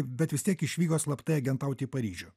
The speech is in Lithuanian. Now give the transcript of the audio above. bet vis tiek išvyko slapta agentaut į paryžių